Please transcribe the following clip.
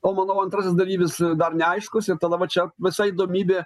o manau antrasis dalyvis dar neaiškus ir tada va čia visa įdomybė